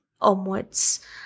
onwards